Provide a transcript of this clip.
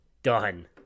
done